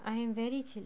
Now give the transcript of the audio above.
I am very chill